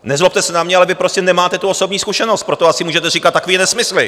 Nezlobte se na mě, ale vy prostě nemáte tu osobní zkušenost, proto asi můžete říkat takové nesmysly!